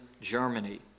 Germany